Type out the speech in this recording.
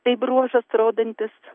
tai bruožas rodantis